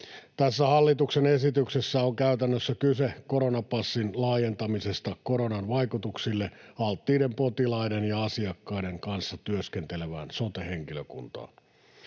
Tässä hallituksen esityksessä on käytännössä kyse koronapassin laajentamisesta koronan vaikutuksille alttiiden potilaiden ja asiakkaiden kanssa työskentelevään sote-henkilökuntaan.